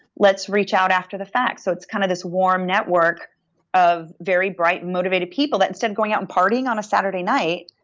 let's reach out after the fact. so it's kind of this warm network of very bright and motivated people that instead of going out and partying on a saturday night,